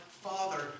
Father